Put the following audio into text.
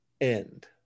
end